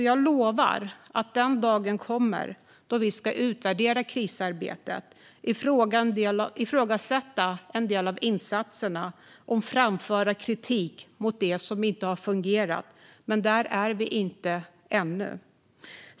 Jag lovar att den dag kommer då vi ska utvärdera krisarbetet, ifrågasätta en del av insatserna och framföra kritik mot det som inte har fungerat. Men där är vi inte ännu.